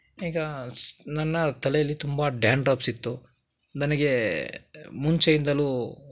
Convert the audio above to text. ಈಗ ಸ್ ನನ್ನ ತಲೆಯಲ್ಲಿ ತುಂಬ ಡ್ಯಾಂಡ್ರಫ್ಸ್ ಇತ್ತು ನನಗೆ ಮುಂಚೆಯಿಂದಲೂ